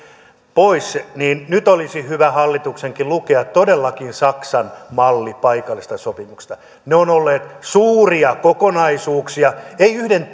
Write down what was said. pois nyt olisi hyvä hallituksenkin lukea todellakin saksan malli paikallisesta sopimisesta ne ovat olleet suuria kokonaisuuksia eivät yhden